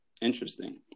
interesting